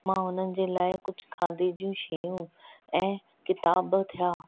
मां हुननि जे लाइ कुझु खाधे जूं शयूं ऐं किताब थिया